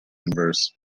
inverse